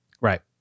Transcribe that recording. Right